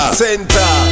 center